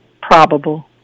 Probable